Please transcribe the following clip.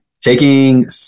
taking